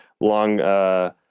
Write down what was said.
long